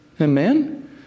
Amen